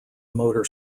motor